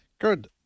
good